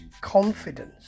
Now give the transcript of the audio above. confidence